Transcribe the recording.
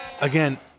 Again